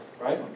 right